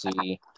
see